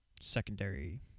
secondary